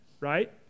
right